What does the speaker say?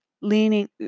leaning